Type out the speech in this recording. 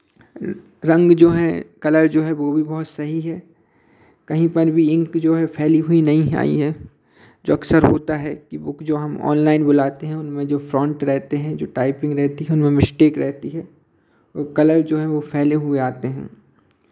रंग जो हैं कलर जो है वो भी बहुत सही है कहीं पर भी इंक जो है फैली हुई नहीं आई है जो अक्सर होता है कि बुक जो हम ऑनलाइन बुलाते हैं उनमें जो फॉन्ट रहते हैं जो टायपिंग रहती है उनमें मिस्टेक रहती है और कलर जो है वो फैले हुए आते हैं